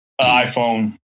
iPhone